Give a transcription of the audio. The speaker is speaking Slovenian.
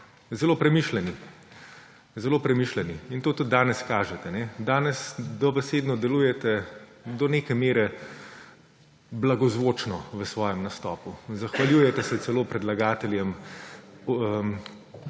zelo premišljeni. Zelo premišljeni. In to tudi danes kažete. Danes dobesedno delujete do neke mere blagozvočno v svojem nastopu. Zahvaljujete se celo predlagateljem